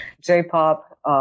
J-pop